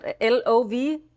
L-O-V